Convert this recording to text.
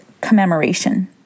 commemoration